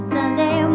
Sunday